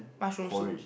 mushroom soup